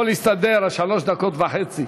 יכול להסתדר שלוש הדקות וחצי.